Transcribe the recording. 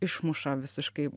išmuša visiškai